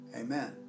Amen